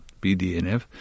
BDNF